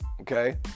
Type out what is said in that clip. Okay